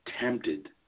tempted